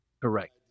correct